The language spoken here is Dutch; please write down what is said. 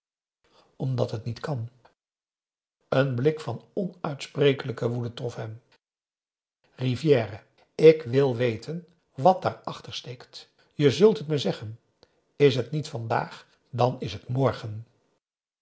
omdat het niet kan een blik van onuitsprekelijke woede trof hem rivière ik wil weten wat daarachtersteekt je zult het me zeggen is het niet vandaag dan is het morgen